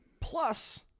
Plus